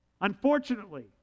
Unfortunately